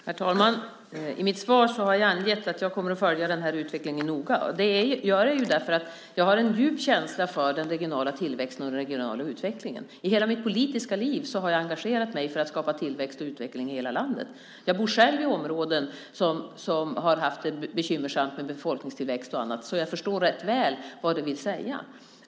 Herr talman! I mitt svar har jag angett att jag kommer att följa den här utvecklingen noga. Det gör jag därför att jag har en djup känsla för den regionala tillväxten och den regionala utvecklingen. I hela mitt politiska liv har jag engagerat mig för att skapa tillväxt och utveckling i hela landet. Jag bor själv i ett område som har haft det bekymmersamt med befolkningstillväxt och annat, så jag förstår rätt väl vad det vill säga.